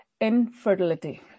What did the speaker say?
infertility